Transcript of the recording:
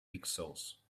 pixels